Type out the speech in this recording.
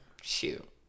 Shoot